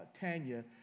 Tanya